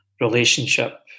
relationship